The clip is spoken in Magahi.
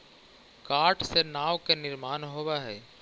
काठ से नाव के निर्माण होवऽ हई